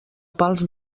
pals